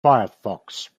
firefox